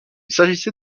s’agissait